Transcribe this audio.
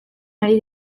ari